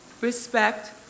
respect